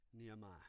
Nehemiah